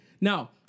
Now